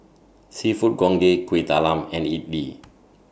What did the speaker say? Seafood Congee Kuih Talam and Idly